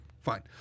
Fine